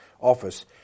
office